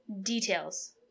details